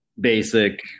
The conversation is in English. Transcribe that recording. basic